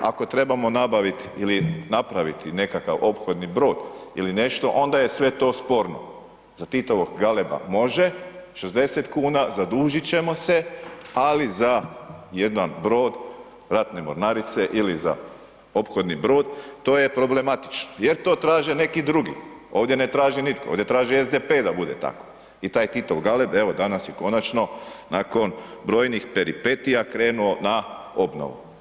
Ako trebamo nabaviti ili napraviti nekakav ophodni brod ili nešto onda je sve to sporno, za Titovog „Galeba“ može 60 milijuna kuna zadužit ćemo se ali za jedan brod ratne mornarice ili za ophodni brod, to je problematično jer to traže neki drugi, ovdje ne traži nitko, ovdje traži SDP da bude tako i taj Titov „Galeb“, evo danas je konačno nakon brojnih peripetija krenuo na obnovu.